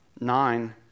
Nine